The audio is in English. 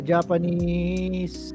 Japanese